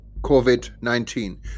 COVID-19